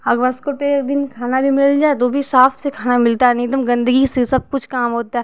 अगर को पे दिन खाना भी मिल जाए तो भी साफ से खाना मिलता नहीं एकदम गंदगी से सब कुछ काम होता